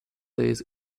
days